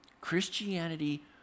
Christianity